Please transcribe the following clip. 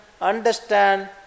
understand